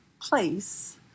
place